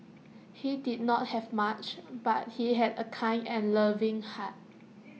he did not have much but he had A kind and loving heart